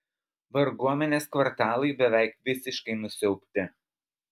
varguomenės kvartalai beveik visiškai nusiaubti